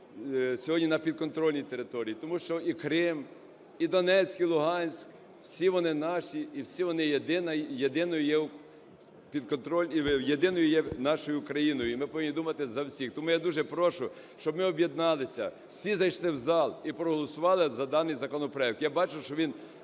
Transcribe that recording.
сьогодні на підконтрольній території. Тому що і Крим, і Донецьк, і Луганськ – всі вони наші і всі вони єдино є… єдиною є нашою Україною. І ми повинні думати за всіх. Тому я дуже прошу, щоб ми об'єдналися, всі зайшли в зал і проголосували за даний законопроект. Я бачу, що він